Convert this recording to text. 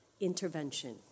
intervention